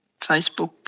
Facebook